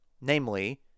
namely